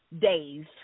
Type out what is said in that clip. days